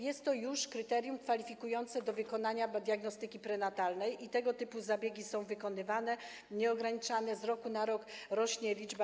Jest to już kryterium kwalifikujące do wykonania diagnostyki prenatalnej i tego typu zabiegi są wykonywane, nieograniczane, z roku na rok rośnie ich liczba.